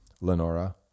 Lenora